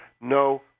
No